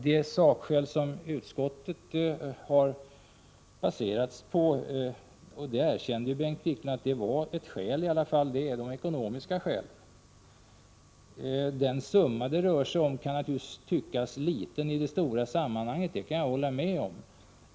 Det sakskäl som utskottet har baserat sig på är det ekonomiska skälet — och Bengt Wiklund erkänner ju att det var ett skäl. Den summa det rör sig om kan naturligtvis tyckas vara liten i det stora sammanhanget, det kan jag hålla med om.